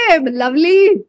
Lovely